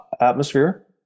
atmosphere